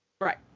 Right